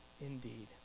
indeed